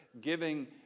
giving